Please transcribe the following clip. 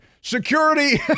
Security